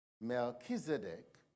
Melchizedek